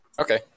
Okay